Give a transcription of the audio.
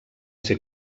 ser